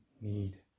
need